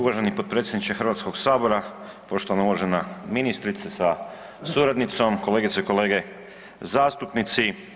Uvaženi potpredsjedniče Hrvatskog sabora, poštovana uvažena ministrice sa suradnicom, kolegice i kolege zastupnici.